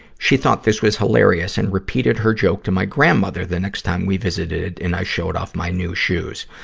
she thought this was hilarious and repeated her joke to my grandmother the next time we visited and i showed off my new shoes.